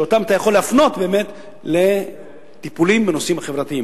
שאותם אתה יכול להפנות באמת לטיפולים בנושאים החברתיים.